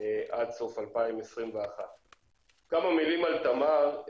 עד סוף 2021. כמה מילים על תמר.